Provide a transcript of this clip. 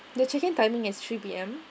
the check in timing is three P_M